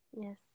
Yes